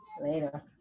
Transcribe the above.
Later